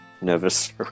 nervous